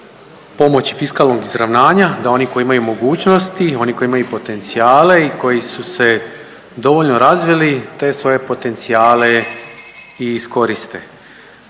pomoći fiskalnog izravnanja, da oni koji imaju mogućnosti, oni koji imaju potencijale i koji su se dovoljno razvili te svoje potencijale i iskoriste.